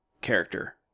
character